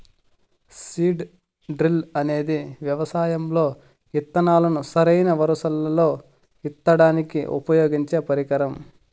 seed drill అనేది వ్యవసాయం లో ఇత్తనాలను సరైన వరుసలల్లో ఇత్తడానికి ఉపయోగించే పరికరం